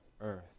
earth